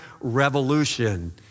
revolution